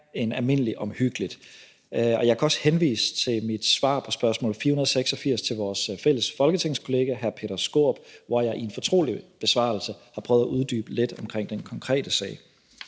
end almindelig omhyggeligt. Jeg kan også henvise til mit svar på spørgsmål nr. 486 til vores fælles folketingskollega hr. Peter Skaarup, hvor jeg i en fortrolig besvarelse har prøvet at uddybe lidt om den konkrete sag.